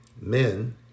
men